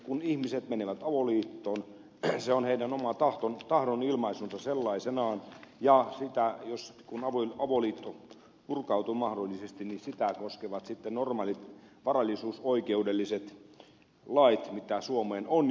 kun ihmiset menevät avoliittoon se on heidän oma tahdonilmaisunsa sellaisenaan ja jos avoliitto purkautuu mahdollisesti niin sitä koskevat sitten normaalit varallisuusoikeudelliset lait joita suomeen on jo säädetty